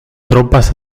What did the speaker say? tropas